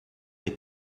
est